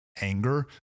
anger